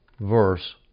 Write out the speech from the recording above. verse